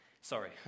Sorry